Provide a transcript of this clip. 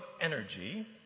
energy